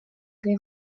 ere